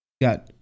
got